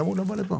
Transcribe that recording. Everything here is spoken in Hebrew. למה הוא לא בא לפה?